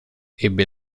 ebbe